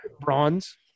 bronze